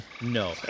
No